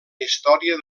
història